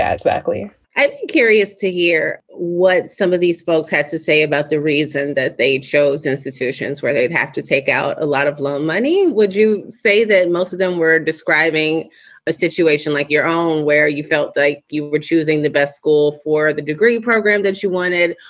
exactly i'm curious to hear what some of these folks had to say about the reason that they chose institutions where they'd have to take out a lot of loan money. would you say that and most of them were describing a situation like your own where you felt that you were choosing the best school for the degree program that you wanted?